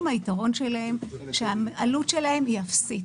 היתרון של המים הוא שהעלות של מים היא אפסית.